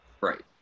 Right